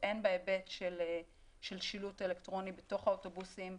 הן בהיבט של שילוט אלקטרוני בתוך האוטובוסים,